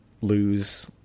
lose